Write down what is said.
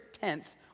tenth